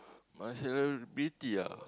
my favourite B_T ah